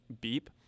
beep